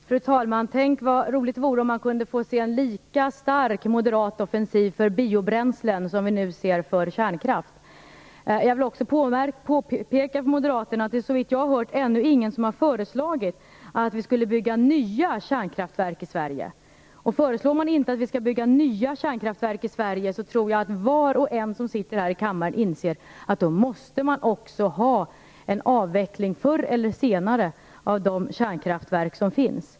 Fru talman! Tänk vad roligt det vore om man kunde få se en lika stark moderat offensiv för biobränslen som vi nu ser för kärnkraft. Jag vill också påpeka för Moderaterna att det, såvitt jag vet, ännu inte är någon som har föreslagit att vi skall bygga nya kärnkraftverk i Sverige. Om man inte föreslår att vi skall bygga nya kärnkraftverk i Sverige, tror jag att var och en som sitter här i kammaren inser att det då också måste ske en avveckling, förr eller senare, av de kärnkraftverk som finns.